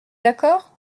d’accord